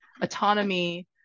autonomy